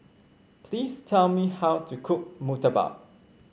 please tell me how to cook Murtabak